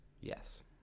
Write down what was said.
Yes